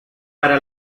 para